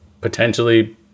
potentially